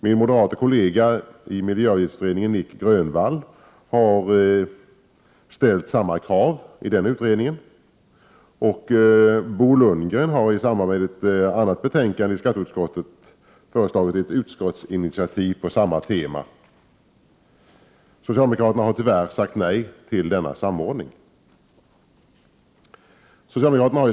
Min moderate kollega i miljöavgiftsutredningen Nic Grönvall har i den utredningen ställt samma krav. Bo Lundgren har i samband med ett annat betänkande i skatteutskottet föreslagit ett utskottsinitiativ på samma tema. Socialdemokraterna har tyvärr sagt nej till denna samordning.